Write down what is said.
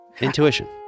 Intuition